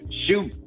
shoot